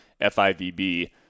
FIVB